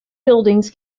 buildings